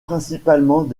principalement